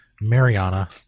Mariana